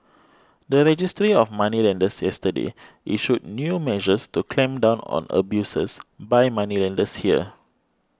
the Registry of Moneylenders yesterday issued new measures to clamp down on abuses by moneylenders here